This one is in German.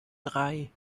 drei